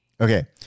Okay